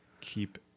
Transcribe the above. keep